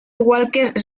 walker